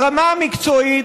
ברמה המקצועית,